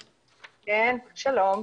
כן, שלום.